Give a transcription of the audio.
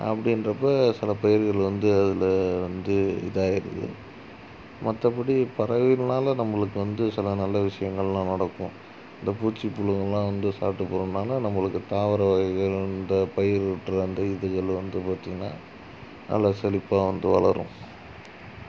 அப்படின்றப்ப சில பயிர்கள் வந்து அதில் வந்து இதாயிடுது மற்றபடி பறவைகள்னால நம்மளுக்கு வந்து சில நல்ல விஷயங்கள்லாம் நடக்கும் இந்த பூச்சி புழுங்கெல்லாம் வந்து சாப்பிட்டு போறதுனால நம்மளுக்கு தாவர வகைகள் இந்த பயிருற்ற அந்த இதுகள் வந்து பார்த்திங்கனா நல்லா செழிப்பாக வந்து வளரும்